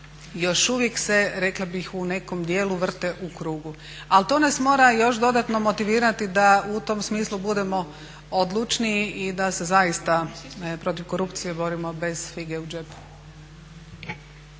još uvijek se rekla bih u nekom dijelu vrte u krugu. Ali to nas mora još dodatno motivirati da u tom smislu budemo odlučniji i da se zaista protiv korupcije borimo bez fige u džepu.